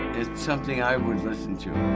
it's something i would listen to.